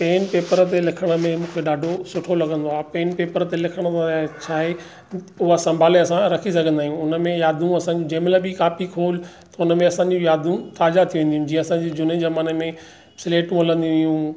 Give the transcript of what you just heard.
pen paper ते लिखण में मूंखे ॾाढो सुठो लॻंदो आहे पेन पेपर ते लिखणु छा आहे उहा संभाले असां रखी सघंदा आहियूं उनमें यादूं असां जंहिं महिल बि कॉपी खोल उनमें असांजी यादूं ताज़ा थी वेंदियूं आहिनि जीअं असांजे जूने ज़माने में स्लेटूं हलंदी हुयूं